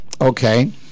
okay